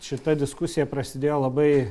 šita diskusija prasidėjo labai